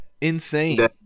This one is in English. insane